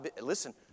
Listen